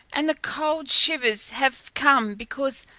and the cold shivers have come because,